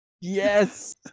Yes